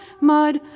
mud